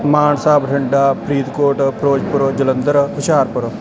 Mansa Bathinda Faridkot Firozpur Jalandhar Hoshiarpur